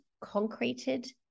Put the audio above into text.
concreted